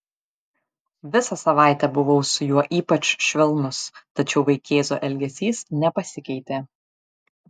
visą savaitę buvau su juo ypač švelnus tačiau vaikėzo elgesys nepasikeitė